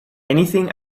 anything